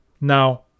Now